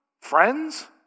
Friends